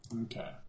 Okay